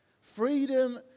Freedom